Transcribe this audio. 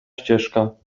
ścieżka